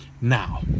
Now